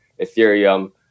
Ethereum